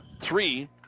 three